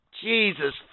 Jesus